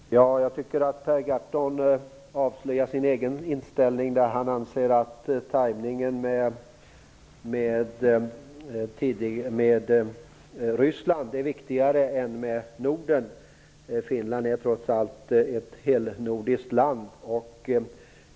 Herr talman! Jag tycker att Per Gahrton avslöjar sin egen inställning när han anser att tajmingen med Ryssland är viktigare än med Norden. Finland är trots allt ett helnordiskt land.